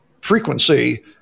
frequency